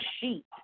sheet